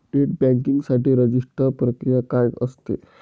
Net banking साठी register प्रक्रिया काय असते?